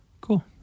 Cool